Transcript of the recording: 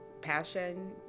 passion